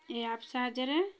ଏ app ସାହାଯ୍ୟରେ